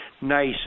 nice